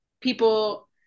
people